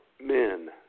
men